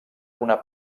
una